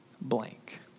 blank